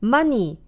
Money